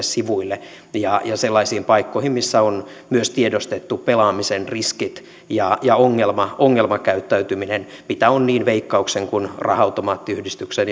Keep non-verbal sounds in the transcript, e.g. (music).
(unintelligible) sivuille ja sellaisiin paikkoihin missä on myös tiedostettu pelaamisen riskit ja ja ongelmakäyttäytyminen mitä on niin veikkauksen kuin raha automaattiyhdistyksen (unintelligible)